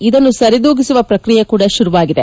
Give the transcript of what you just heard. ಇದನ್ನು ಸರಿದೂಗಿಸುವ ಪ್ರಕ್ರಿಯೆ ಕೂಡ ಶುರುವಾಗಿದೆ